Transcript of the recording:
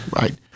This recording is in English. Right